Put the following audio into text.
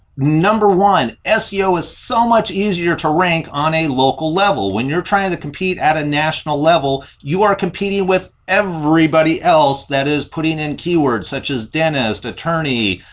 number one, seo is so much easier to rank on a local level. when you're trying to compete at a national level, you are competing with everybody else that is putting in keywords such as dentist, attorney,